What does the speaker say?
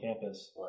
campus